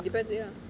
depends ya